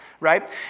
right